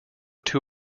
too